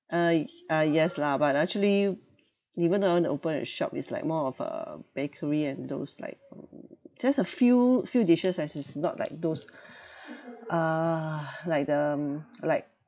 uh y~ uh yes lah but actually even though I want to open a shop it's like more of a bakery and those like mm just a few few dishes as is not like those uh like the mm like